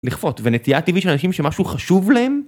לכפות, ונטייה טבעית של אנשים שמשהו חשוב להם?